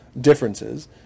differences